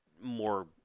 more